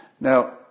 Now